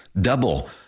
Double